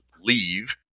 leave